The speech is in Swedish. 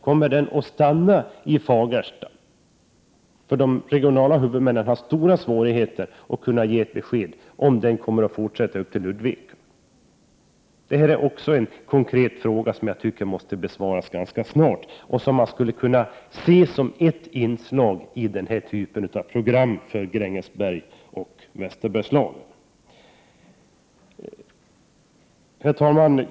Kommer den att ha Fagersta som slutstation? De regionala huvudmännen har stora svårigheter att ge ett besked om den kommer att fortsätta upp till Ludvika. Det här är också en konkret fråga som jag tycker måste kunna besvaras ganska snart och som skall ses som ett inslag i ett program för Grängesberg och Västerbergslagen. Herr talman!